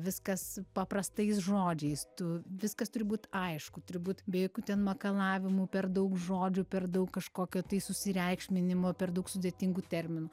viskas paprastais žodžiais tu viskas turi būt aišku turi būt be jokių ten makalavimų per daug žodžių per daug kažkokio tai susireikšminimo per daug sudėtingų terminų